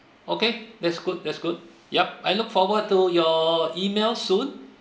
okay that's good that's good yup I look forward to your email soon